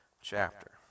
chapter